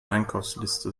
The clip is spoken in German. einkaufsliste